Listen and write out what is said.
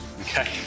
okay